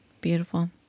Beautiful